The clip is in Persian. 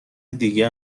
دیگه